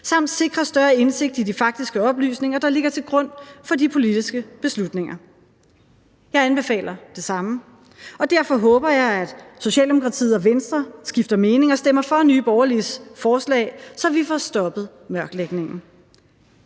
samt sikre større indsigt i de faktiske oplysninger, der ligger til grund for de politiske beslutninger. Jeg anbefaler det samme, og derfor håber jeg, at Socialdemokratiet og Venstre skifter mening og stemmer for Nye Borgerliges forslag, så vi får stoppet mørklægningen.